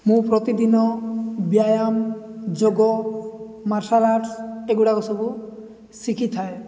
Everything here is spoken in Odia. ମୁଁ ପ୍ରତିଦିନ ବ୍ୟାୟାମ ଯୋଗ ମାର୍ଶାଲ୍ ଆର୍ଟସ ଏଗୁଡ଼ାକ ସବୁ ଶିଖିଥାଏ